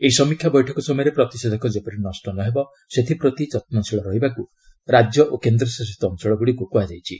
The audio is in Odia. ଏହି ସମୀକ୍ଷା ବୈଠକ ସମୟରେ ପ୍ରତିଷେଧକ ଯେପରି ନଷ୍ଟ ନ ହେବ ସେଥିପ୍ରତି ଯତ୍ନଶୀଳ ରହିବାକୁ ରାଜ୍ୟ ଓ କେନ୍ଦ୍ରଶାସିତ ଅଞ୍ଚଳଗୁଡ଼ିକୁ କୁହାଯାଇଛି